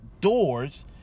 doors